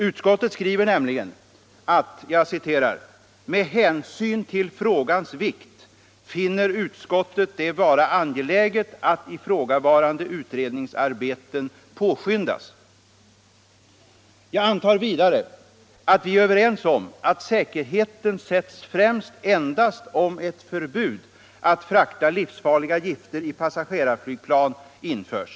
Utskottet skriver nämligen: Säkerhetsbestäm ”Med hänsyn till frågans vikt finner utskottet det vara angeläget att — melserna vid ifrågavarande utredningsarbeten påskyndas.” transport av farligt Jag antar vidare att vi är överens om att säkerheten sätts främst endast — gods med passageom ett förbud att frakta livsfarliga gifter i passagerarflygplan införs.